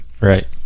Right